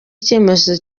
icyemezo